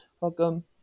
Welcome